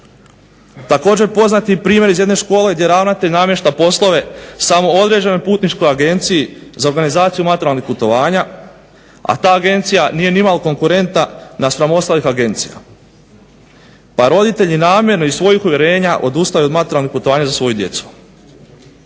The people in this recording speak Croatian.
Također poznati primjer iz jedne škole gdje ravnatelj namješta poslove samo određenoj putničkoj agenciji za organizaciju učeničkih putovanja a ta agencija nije ni malo konkurentna naspram ostalih agencija. Pa roditelji namjerno iz svojih uvjerenja odustaju od maturalnih putovanja za svoju djecu.